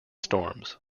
storms